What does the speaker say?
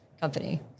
company